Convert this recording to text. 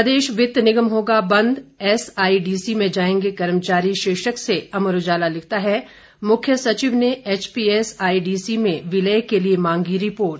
प्रदेश वित्त निगम होगा बंद रसआई जाएंगे कर्मचारी शीर्षक से अमर उजाला लिखता है मुख्य सचिव ने एचपीएसआईडीसी में विलय के लिए सांगी रिपोर्ट